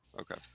Okay